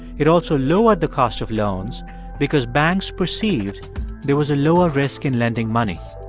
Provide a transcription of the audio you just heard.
it also lowered the cost of loans because banks perceived there was a lower risk in lending money